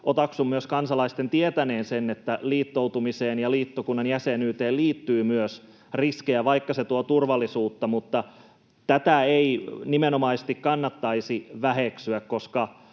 Otaksun myös kansalaisten tietäneen sen, että liittoutumiseen ja liittokunnan jäsenyyteen liittyy myös riskejä, vaikka ne tuovat turvallisuutta, mutta tätä ei nimenomaisesti kannattaisi väheksyä, koska